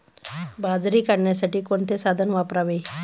बाजरी काढण्यासाठी कोणते साधन वापरावे?